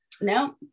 no